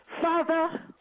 Father